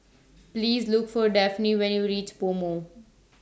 Please Look For Dafne when YOU REACH Pomo